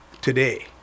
today